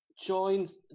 Joins